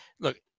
look